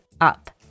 up